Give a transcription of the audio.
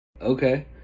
Okay